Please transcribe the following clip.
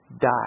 die